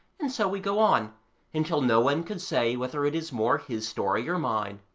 and so we go on until no one could say whether it is more his story or mine.